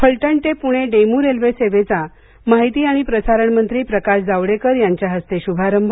फलटण ते Pune DEMU railway सेवेचा महिती आणि प्रसारण मंत्री प्रकाश जावडेकर यांच्या हस्ते शुभारंभ